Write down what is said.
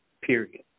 Period